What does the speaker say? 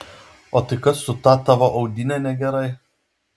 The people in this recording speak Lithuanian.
o tai kas su ta tavo audine negerai